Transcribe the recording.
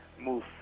move